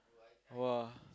!wah!